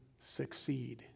succeed